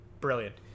Brilliant